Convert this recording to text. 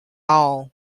all